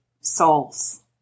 souls